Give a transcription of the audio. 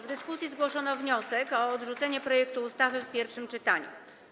W dyskusji zgłoszono wniosek o odrzucenie projektu ustawy w pierwszym czytaniu.